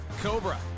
Cobra